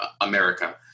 America